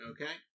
Okay